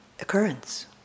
occurrence